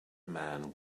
man